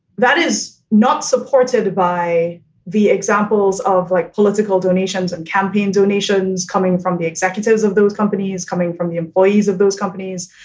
that is not supported by the examples of like political donations and campaign donations coming from the executives of those companies, coming from the employees of those companies,